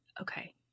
Okay